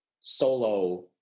solo